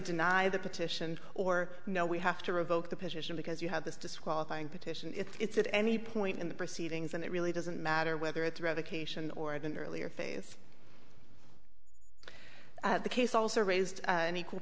deny the petition or no we have to revoke the position because you have this disqualifying petition it's at any point in the proceedings and it really doesn't matter whether it's revocation or of an earlier phase the case also raised an equal